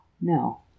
no